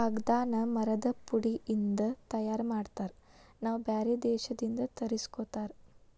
ಕಾಗದಾನ ಮರದ ಪುಡಿ ಇಂದ ತಯಾರ ಮಾಡ್ತಾರ ನಾವ ಬ್ಯಾರೆ ದೇಶದಿಂದ ತರಸ್ಕೊತಾರ